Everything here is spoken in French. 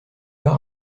pas